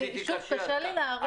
שוב, קשה לי להעריך.